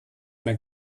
mehr